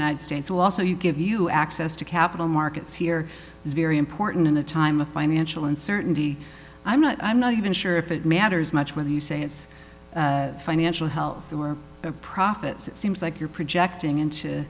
united states will also you give you access to capital markets here is very important in a time of financial uncertainty i'm not i'm not even sure if it matters much whether you say it's financial health or the profits it seems like you're projecting into